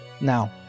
Now